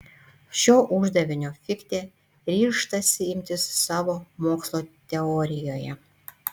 šio uždavinio fichtė ryžtasi imtis savo mokslo teorijoje